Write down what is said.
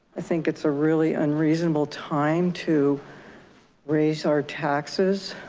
i think it's a really unreasonable time to raise our taxes.